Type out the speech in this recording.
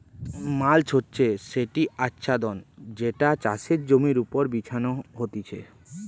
mulch হচ্ছে সেটি আচ্ছাদন যেটা চাষের জমির ওপর বিছানো হতিছে